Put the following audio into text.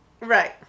Right